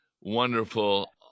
wonderful